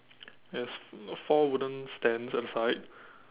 there's four wooden stands at the side